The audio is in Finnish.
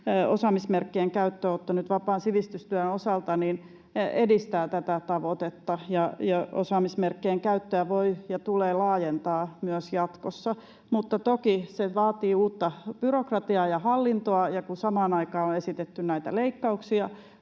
osaamismerkkien käyttöönotto nyt vapaan sivistystyön osalta edistää tätä tavoitetta, ja osaamismerkkien käyttöä voi ja tulee laajentaa myös jatkossa. Toki se vaatii uutta byrokratiaa ja hallintoa, ja kun samaan aikaan on esitetty näitä leikkauksia